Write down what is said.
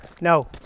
no